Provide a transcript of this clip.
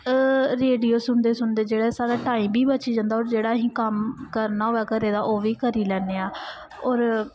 radio सुनदे सुनदे जेह्ड़े साढ़ा टाइम बी बची जंदा होर असीं जेह्ड़ा कम्म करना होऐ घरै दा ओह् बी करी लैन्ने आं होर